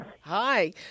Hi